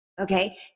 okay